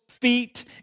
feet